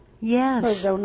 Yes